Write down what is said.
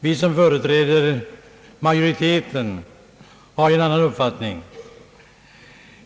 Vi som företräder utskottsmajoriteten har en annan uppfattning.